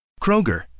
Kroger